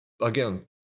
again